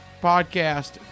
Podcast